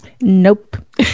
Nope